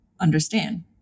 understand